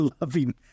loving